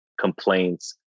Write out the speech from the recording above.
complaints